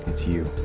it's you,